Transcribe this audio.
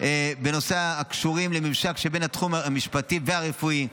בנושאים הקשורים לממשק שבין התחום המשפטי לרפואי,